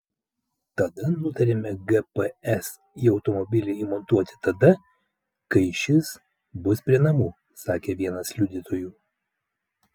tada nutarėme gps į automobilį įmontuoti tada kai šis bus prie namų sakė vienas liudytojų